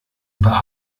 über